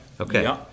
Okay